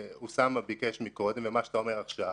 אוסאמה ביקש קודם ומה שאתה אומר עכשיו,